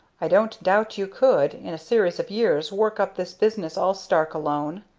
i don't doubt you could, in a series of years, work up this business all stark alone.